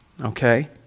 okay